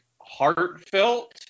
heartfelt